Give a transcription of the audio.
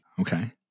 Okay